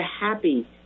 happy